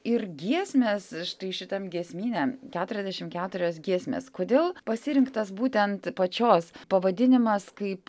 ir giesmės štai šitam giesmyne keturiasdešim keturios giesmės kodėl pasirinktas būtent pačios pavadinimas kaip